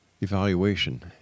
evaluation